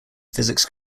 physics